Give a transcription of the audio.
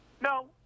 No